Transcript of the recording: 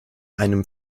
einem